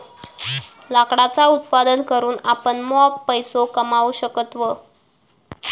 लाकडाचा उत्पादन करून आपण मॉप पैसो कमावू शकतव